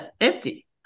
empty